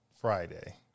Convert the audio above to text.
Friday